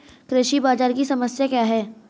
कृषि बाजार की समस्या क्या है?